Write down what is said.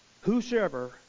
whosoever